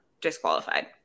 disqualified